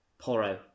Porro